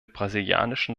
brasilianischen